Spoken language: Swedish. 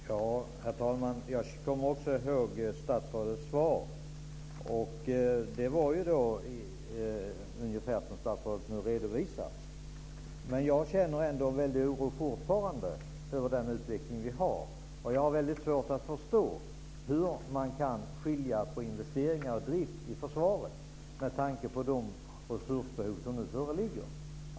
Herr talman! Jag kommer också ihåg statsrådets svar. Det löd ungefär som statsrådet nu redovisade. Jag känner fortfarande en väldigt stor oro inför den utveckling som vi nu har. Jag har svårt att förstå hur man kan skilja på investeringar och drift i försvaret med tanke på de resursbehov som föreligger.